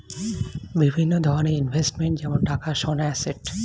বিভিন্ন ধরনের ইনভেস্টমেন্ট যেমন টাকা, সোনা, অ্যাসেট